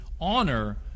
honor